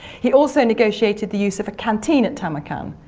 he also negotiated the use of a canteen at tamarkan.